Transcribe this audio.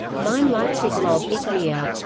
mein leipzig lob' ich mir!